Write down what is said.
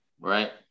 Right